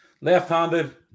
left-handed